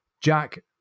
Jack